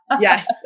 yes